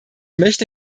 möchte